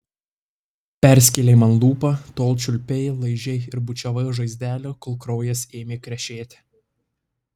perskėlei man lūpą tol čiulpei laižei ir bučiavai žaizdelę kol kraujas ėmė krešėti